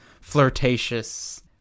flirtatious